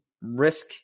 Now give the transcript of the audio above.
risk